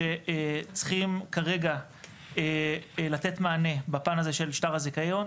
שצריכים כרגע לתת מענה בפן הזה של שטר הזיכיון,